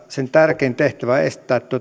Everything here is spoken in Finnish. sen tärkein tehtävä on estää